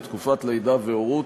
לתקופת לידה והורות,